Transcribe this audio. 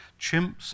Chimps